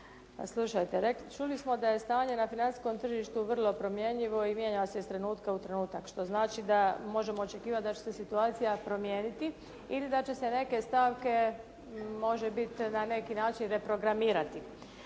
pa slušajte rekli, čuli smo da je stanje na financijskom tržištu vrlo promjenjivo i mijenja se iz trenutka u trenutak što znači da možemo očekivati da će se situacija promijeniti ili da će se neke stavke može biti na neki način reprogramirati.